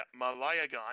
Malayagon